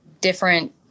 different